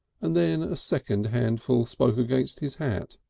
and then a second handful spoke against his hat.